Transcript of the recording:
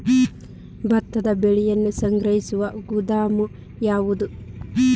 ಭತ್ತದ ಬೆಳೆಯನ್ನು ಸಂಗ್ರಹಿಸುವ ಗೋದಾಮು ಯಾವದು?